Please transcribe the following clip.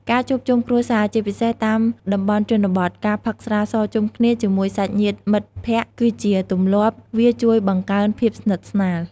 ការជួបជុំគ្រួសារ ជាពិសេសតាមតំបន់ជនបទ ការផឹកស្រាសជុំគ្នាជាមួយសាច់ញាតិមិត្តភក្តិ គឺជាទម្លាប់ វាជួយបង្កើនភាពស្និទ្ធស្នាល។